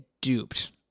duped